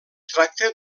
tracta